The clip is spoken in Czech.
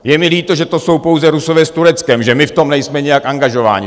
Je mi líto, že to jsou pouze Rusové s Tureckem, že my v tom nejsme nijak angažováni.